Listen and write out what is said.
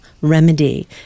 Remedy